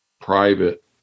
private